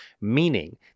meaning